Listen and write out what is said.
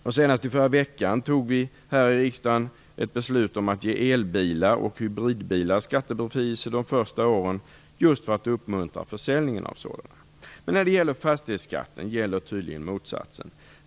Och senast i förra vecka fattade vi här i riksdagen ett beslut om att ge elbilar och hybridbilar skattebefrielse de första åren, just för att uppmuntra försäljningen av sådana. Men när det gäller fastighetsskatten gäller tydligen motsatsen.